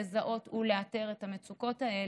לזהות ולאתר את המצוקות האלה,